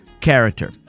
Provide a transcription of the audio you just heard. character